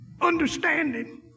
understanding